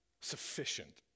Sufficient